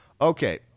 Okay